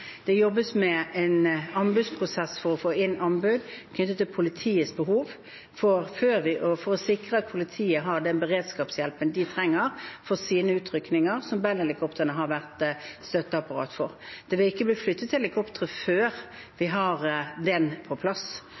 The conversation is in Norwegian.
jobbes med en prosess for å få inn anbud knyttet til politiets behov for å sikre at politiet har den beredskapshjelpen de trenger til sine utrykninger, som Bell-helikoptrene har vært støtteapparat for. Det vil ikke bli flyttet helikoptre før vi har dette på plass.